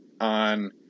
on